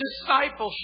Discipleship